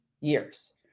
years